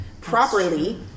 properly